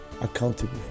accountable